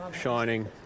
shining